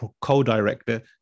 co-director